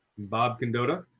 bob condotta.